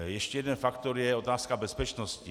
Ještě jeden faktor je otázka bezpečnosti.